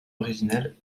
originale